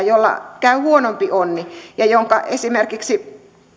jolla käy huonompi onni ja jonka työntekijä esimerkiksi jää